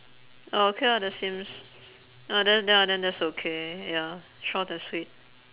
oh okay lah that seems oh then ya then that's okay ya short and sweet